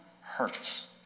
hurts